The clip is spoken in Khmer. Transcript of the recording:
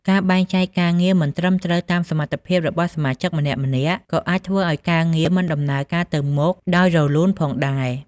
ការបែងចែកការងារមិនត្រឹមត្រូវតាមសមត្ថភាពរបស់សមាជិកម្នាក់ៗ ក៏អាចធ្វើឱ្យការងារមិនដំណើរការទៅមុខដោយរលូនផងដែរ។